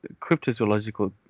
cryptozoological